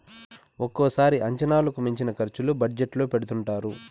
ఒక్కోసారి అంచనాలకు మించిన ఖర్చులు బడ్జెట్ లో పెడుతుంటారు